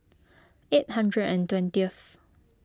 eight hundred and twentieth